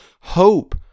hope